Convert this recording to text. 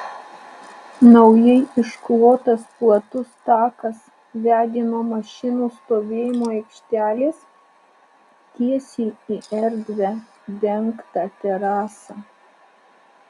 naujai išklotas platus takas vedė nuo mašinų stovėjimo aikštelės tiesiai į erdvią dengtą terasą